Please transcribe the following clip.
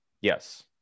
yes